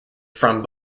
from